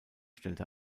stellte